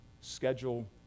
schedule